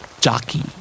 Jockey